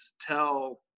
tell